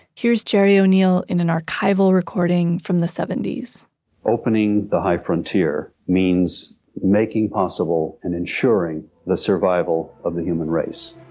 here's gerry o'neill in an archival recording from the seventies opening the high frontier means making possible and ensuring the survival of the human race.